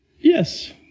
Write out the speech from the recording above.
Yes